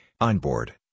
onboard